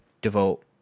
devote